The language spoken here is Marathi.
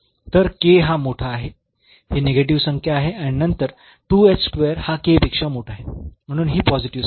तर हा मोठा आहे ही निगेटिव्ह संख्या आहे आणि नंतर हा पेक्षा मोठा आहे म्हणून ही पॉझिटिव्ह संख्या आहे